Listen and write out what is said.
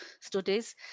studies